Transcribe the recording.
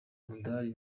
umudali